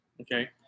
okay